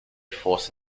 force